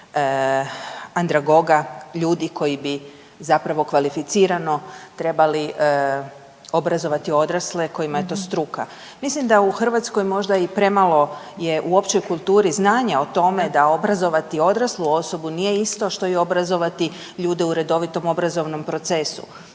ljudi koji bi zapravo kvalificirano trebali obrazovati odrasle, kojima je to struka. Mislim da u Hrvatskom možda i premalo je u općoj kulturi znanja o tome da obrazovati odraslu osobu nije isto što i obrazovati ljude u redovitom obrazovnom procesu.